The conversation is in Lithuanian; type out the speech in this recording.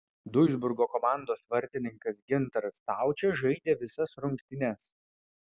duisburgo komandos vartininkas gintaras staučė žaidė visas rungtynes